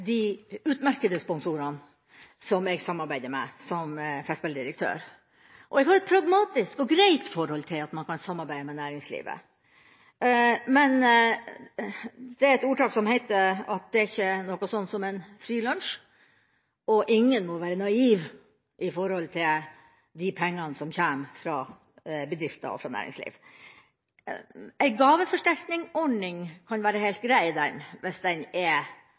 de utmerkede sponsorene som jeg samarbeidet med som festspilldirektør. Jeg har et pragmatisk og greit forhold til at man kan samarbeide med næringslivet. Men det er et ordtak som heter at det er ikke noe sånt som en «free lunch», og ingen må være naive med hensyn til de pengene som kommer fra bedrifter og fra næringsliv. En gaveforsterkninsgordning kan være helt grei hvis den er